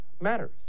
matters